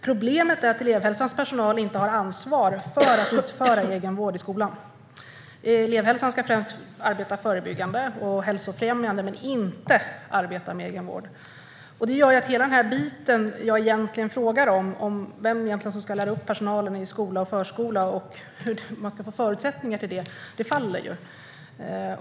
Problemet är att elevhälsans personal inte har ansvar att utföra egenvård i skolan. Elevhälsan ska främst arbeta förebyggande och hälsofrämjande men inte arbeta med egenvård. Det gör att hela den här biten som jag frågar om - vem som egentligen ska lära upp personalen i skola och förskola och hur man ska få förutsättningar för det - faller.